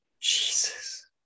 Jesus